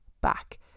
back